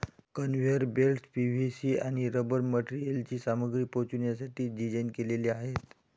conveyor belts PVC आणि rubber मटेरियलची सामग्री पोहोचवण्यासाठी डिझाइन केलेले आहेत